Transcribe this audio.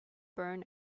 burn